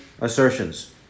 assertions